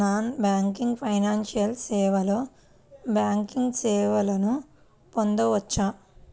Non banking financial సేవలో banking సేవలను పొందవచ్చా?